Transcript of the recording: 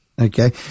Okay